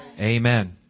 Amen